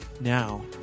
now